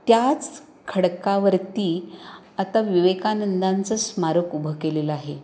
त्याच खडकावरती आता विवेकानंदांचं स्मारक उभं केलेलं आहे